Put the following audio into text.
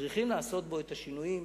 צריכים לעשות בו את השינויים.